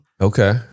Okay